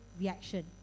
reaction